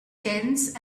tense